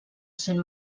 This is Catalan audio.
sent